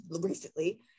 recently